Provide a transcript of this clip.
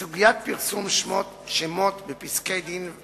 בסוגיית פרסום שמות בפסקי-דין,